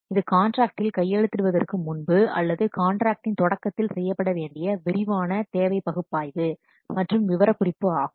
இது காண்ட்ராக்டில் கையெழுத்திடுவதற்கு முன்பு அல்லது காண்ட்ராக்டின் தொடக்கத்தில் செய்யப்பட வேண்டிய விரிவான தேவை பகுப்பாய்வு மற்றும் விவரக்குறிப்பு ஆகும்